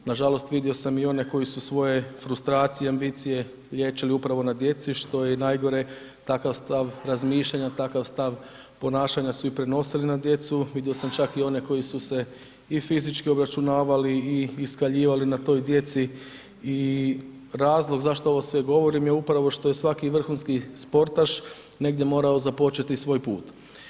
Nažalost vidio sam i one koji su svoje frustracije, ambicije liječili upravo na djeci što je i najgore takav stav razmišljanja, takav stav ponašanja su i prenosili i na djecu, vidio sam čak i one koji su se i fizički obračunavali i iskaljivali na toj djeci i razlog zašto ovo sve govorim je upravo što je svaki vrhunski sportaš negdje morao započeti svoj put.